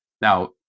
Now